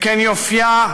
שכן יופייה,